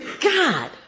God